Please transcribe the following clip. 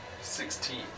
Sixteen